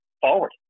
forward